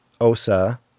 osa